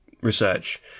research